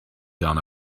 down